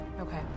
Okay